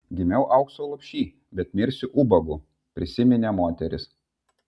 gimiau aukso lopšy bet mirsiu ubagu prisiminė moteris